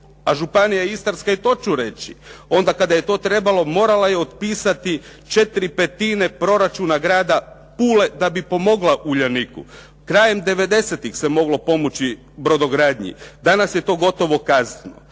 a Županija istarska, i to ću reći, onda kada je to trebalo morala je otpisati 4/5 proračuna grada Pule da bi pomogla Uljaniku. Krajem devedesetih se moglo pomoći brodogradnji. Danas je to gotovo kasno.